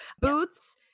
Boots